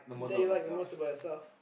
that you like the most about yourself